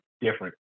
different